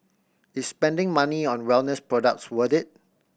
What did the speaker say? is spending money on wellness products worth it